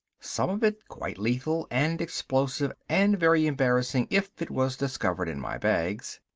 some of it quite lethal and explosive, and very embarrassing if it was discovered in my bags.